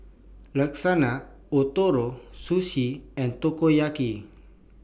Lasagne Ootoro Sushi and Takoyaki